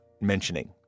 mentioning